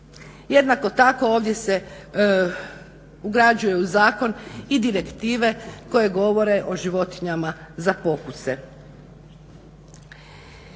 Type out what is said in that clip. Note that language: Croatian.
Jednako tako ovdje se ugrađuju u zakon i direktive koje govore o životinjama za pokuse.